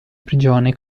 prigione